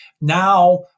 now